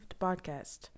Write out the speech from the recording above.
podcast